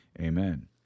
amen